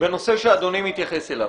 בנושא שאדוני מתייחס אליו.